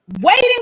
waiting